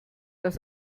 dass